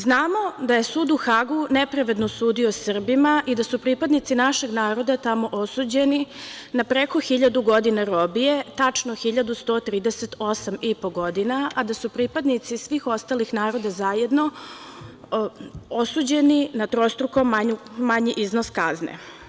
Znamo da je sud u Hagu nepravedno sudio Srbima i da su pripadnici našeg naroda tamo osuđeni na preko 1.000 godina robije, tačno 1.138,5 godina, a da su pripadnici svih ostalih naroda zajedno, osuđeni na trostruko manji iznos kazne.